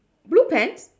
blue pants